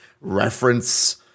reference